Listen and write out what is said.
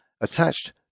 attached